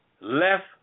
left